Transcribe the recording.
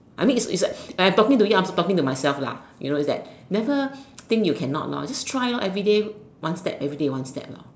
I mean it's a it's like talking to you I'm like talking to myself lah you know it's that never think you cannot lor just try lor everyday one step everyday one step lor